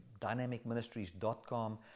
dynamicministries.com